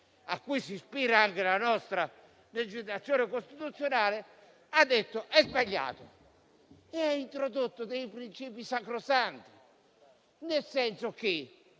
a cui si ispira anche la nostra legislazione costituzionale, ha detto che è sbagliato, e ha introdotto principi sacrosanti, nel senso che